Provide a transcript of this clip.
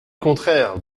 contraire